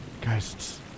Guys